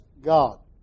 God